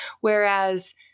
Whereas